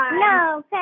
No